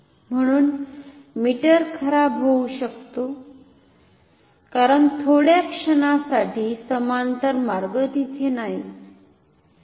म्हणून मीटर खराब होऊ शकते कारण थोड्या क्षणासाठी समांतर मार्ग तिथे नाही